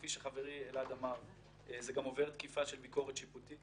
כפי שחברי אלעד אמר זה גם עובר תקיפה של ביקורת שיפוטית,